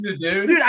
dude